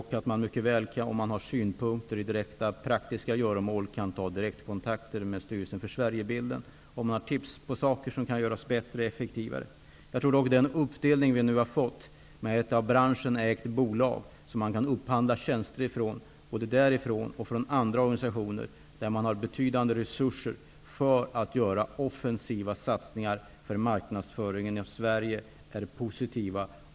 Har man emellertid synpunkter i direkt praktiska göromål, exempelvis hur något kan göras bättre och effektivare, tycker jag att man kan ta direktkontakt med i det här fallet Den uppdelning som vi nu har fått, med ett av branschen ägt bolag, varifrån man kan upphandla tjänster, och andra organisationer, som har betydande resurser till offensiva satsningar när det gäller marknadsföringen av Sverige, är positiv.